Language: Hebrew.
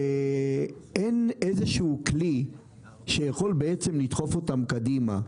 אין איזשהו כלי שיכול לדחוף אותן קדימה.